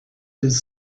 his